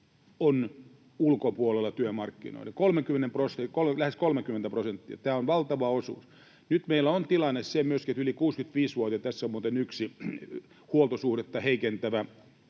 ulkopuolella, lähes 30 prosenttia, tämä on valtava osuus. Nyt meillä on myöskin se tilanne, että yli 65-vuotiaita — tässä on muuten yksi huoltosuhdetta heikentävä